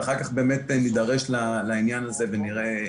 ואחר כך באמת נידרש לעניין הזה ונראה.